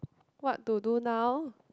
what to do now